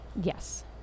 Yes